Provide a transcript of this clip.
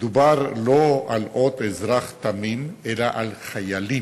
מדובר לא על עוד אזרח תמים אלא על חיילים.